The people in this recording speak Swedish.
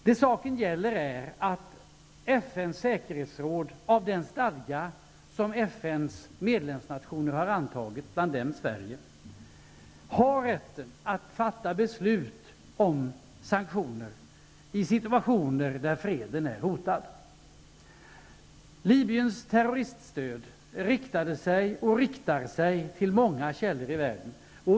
Det saken gäller är att FN:s säkerhetsråd enligt den stadga som bl.a. FN:s medlemsnationer har antagit, och bland dem Sverige, har rätten att fatta beslut om sanktioner i situationer där freden är hotad. Libyens terroriststöd riktade sig till, och riktar sig till, många källor i världen.